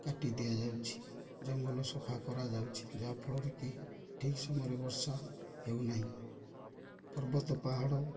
କାଟି ଦିଆଯାଉଛି ଜଙ୍ଗଲ ସଫା କରାଯାଉଛି ଯାହାଫଳରେ କି ଠିକ୍ ସମୟରେ ବର୍ଷା ହେଉ ନାହିଁ ପର୍ବତ ପାହାଡ଼